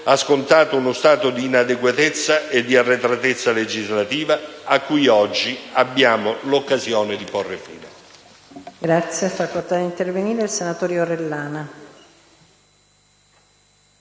ha scontato uno stato di inadeguatezza e di arretratezza legislativa, a cui oggi abbiamo l'occasione di porre fine. PRESIDENTE. È iscritto a parlare il senatore Orellana.